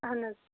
اہن حظ